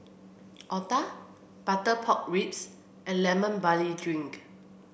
Otah Butter Pork Ribs and Lemon Barley Drink